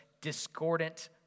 discordant